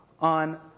on